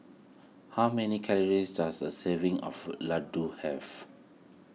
how many calories does a serving of Ladoo have